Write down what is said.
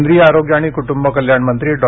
केंद्रिय आरोग्य आणि कुटुंब कल्याण मंत्री डॉ